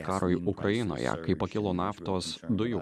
karui ukrainoje kai pakilo naftos dujų